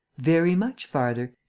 very much farther,